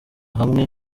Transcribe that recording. hamwe